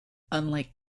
unlike